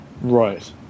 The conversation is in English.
Right